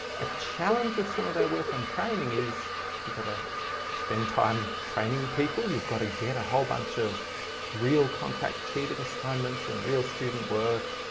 a challenge with some of our work on training is you've got to spend time training people. you've got to get a whole bunch of real contract cheating assignments and real student work.